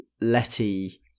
Letty